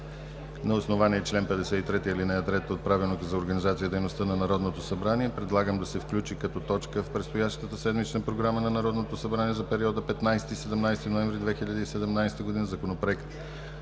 на основание чл. 53, ал. 3 от Правилника за организацията и дейността на Народното събрание, предлагам да се включи като точка в предстоящата седмична Програма на Народното събрание за периода 15 – 17 ноември 2017 г. Законопроект